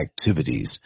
activities